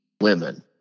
women